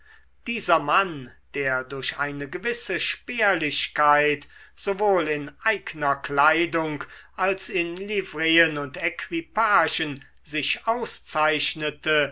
dieser mann der durch eine gewisse spärlichkeit sowohl in eigner kleidung als in livreen und equipagen sich auszeichnete